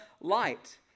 light